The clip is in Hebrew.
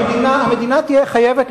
המדינה תהיה חייבת.